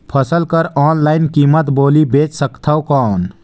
फसल कर ऑनलाइन कीमत बोली बेच सकथव कौन?